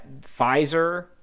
Pfizer